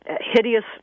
hideous